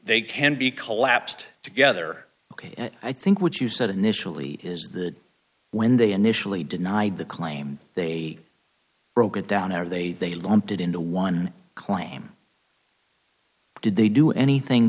they can be collapsed together ok i think what you said initially is that when they initially denied the claim they broke it down are they they lumped into one claim did they do anything